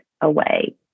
away